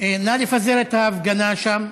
נא לפזר את ההפגנה שם,